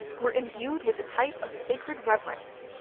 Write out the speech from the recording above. were imbued with a type of sacred reverence.